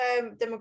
demographics